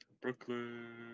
Brooklyn